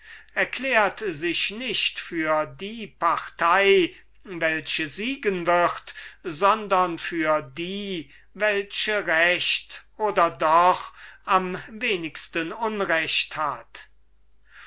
erklärt sich nicht für die partei welche siegen wird sondern für die welche recht oder doch am wenigsten unrecht hat